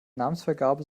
namensvergabe